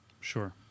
Sure